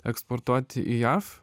eksportuoti į jav